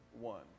one